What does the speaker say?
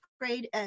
grade